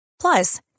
Plus